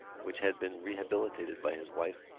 which had been rehabilitated by his wife,